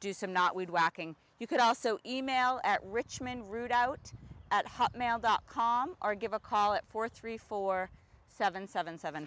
do some not weed whacking you could also email at richmond root out at hotmail dot com or give a call it for three four seven seven seven